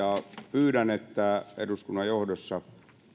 pyydän että eduskunnan johdossa